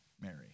Mary